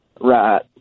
right